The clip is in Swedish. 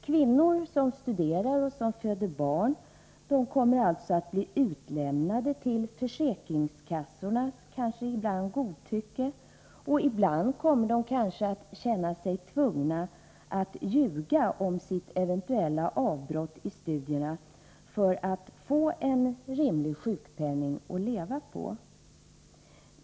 Kvinnor som studerar och som föder barn kommer alltså att bli utlämnade till försäkringskassornas bedömning — kanske ibland godtycke. Kanske kommer de att känna sig tvungna att ljuga om sitt eventuella avbrott i studierna för att få en rimlig sjukpenning att leva på.